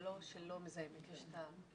זה לא שלא מזהם בכלל.